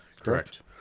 correct